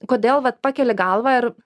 kodėl vat pakeli galvą ir